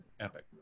epic